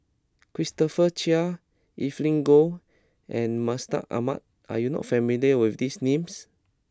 Christopher Chia Evelyn Goh and Mustaq Ahmad are you not familiar with these names